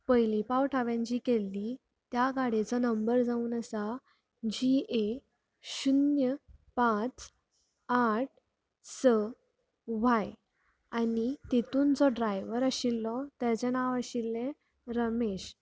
पयले फावट जी हांवें गाडी बूक केल्ली त्या गाडयेचो नंबर जावन आसा जी ए शुन्य पांच आठ स व्हाय आनी तेतून जो ड्रायव्हर आशिल्लो तेजे नांव आशिल्ले रमेश